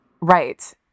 Right